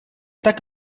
tak